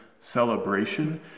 celebration